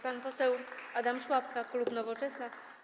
Pan poseł Adam Szłapka, klub Nowoczesna.